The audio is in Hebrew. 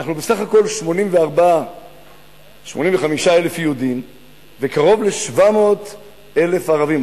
אנחנו בסך הכול 85,000 יהודים וקרוב ל-700,000 ערבים.